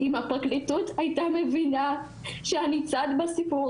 אם הפרקליטות היתה מבינה שאני צד בסיפור